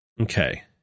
Okay